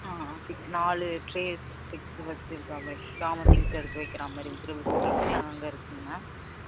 ஆ நாலு tray fix வைச்சிருக்கா மாதிரி ஜாமன் திங்ஸ் எடுத்து வைக்கிறா மாதிரி விஜிடபுள்ஸ் வைக்கிறா மாதிரி அங்கங்கே இருக்குதுங்க மேம்